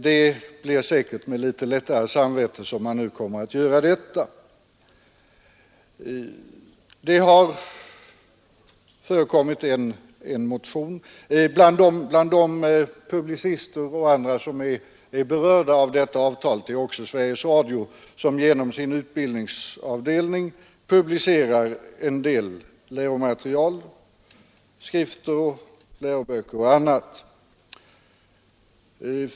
Det blir säkert med litet lättare samvete man nu kommer att göra detta arbete. Bland de publicister och andra som är berörda av detta avtal är också Sveriges Radio, som genom sin utbildningsavdelning publicerar en del läromaterial, skrifter, läroböcker och annat.